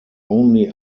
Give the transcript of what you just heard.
only